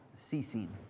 Ceasing